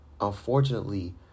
Unfortunately